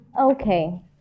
Okay